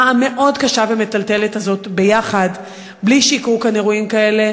המאוד-קשה והמטלטלת הזאת יחד בלי שיקרו כאן אירועים כאלה,